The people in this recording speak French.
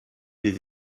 des